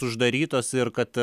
uždarytos ir kad